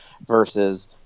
versus